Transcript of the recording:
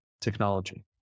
technology